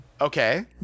Okay